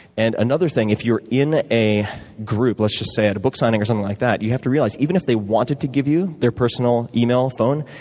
and another thing, if you're in ah a group, let's just say at a book signing or something like that, you have to realize even if they wanted to give you their personal email or phone,